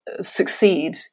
succeed